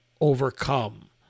overcome